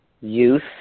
Youth